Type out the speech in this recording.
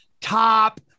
top